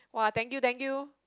!wah! thank you thank you